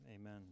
amen